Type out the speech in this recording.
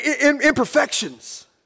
imperfections